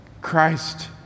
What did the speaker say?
Christ